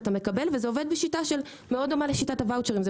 אתה מקבל וזה עובד בשיטה שמאוד דומה לשיטת הוואוצ'רים.